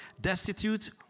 Destitute